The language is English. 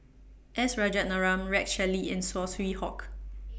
S Rajaratnam Rex Shelley and Saw Swee Hock